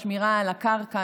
בשמירה על הקרקע,